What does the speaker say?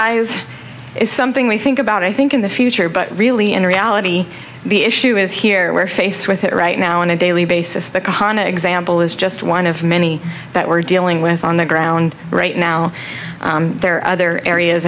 is something we think about i think in the future but really in reality the issue is here we're faced with it right now on a daily basis the kahan example is just one of many that we're dealing with on the ground right now there are other areas